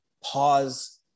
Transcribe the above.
pause